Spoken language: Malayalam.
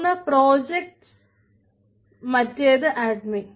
ഒന്ന് പ്രൊജക്റ്റ് മറ്റേത് അഡ്മിൻ